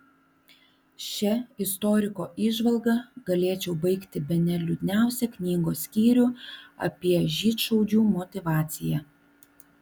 šia istoriko įžvalga galėčiau baigti bene liūdniausią knygos skyrių apie žydšaudžių motyvaciją